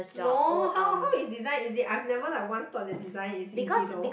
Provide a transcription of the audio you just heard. no how how is design easy I have never like one thought that design is easy though